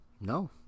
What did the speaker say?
No